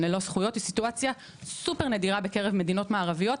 ללא זכויות היא סיטואציה סופר נדירה בקרב מדינות מערביות,